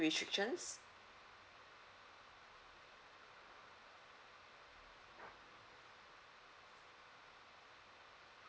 restrictions